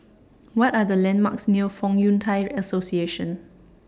What Are The landmarks near Fong Yun Thai Association